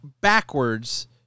backwards